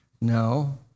No